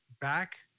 back